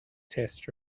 test